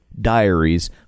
diaries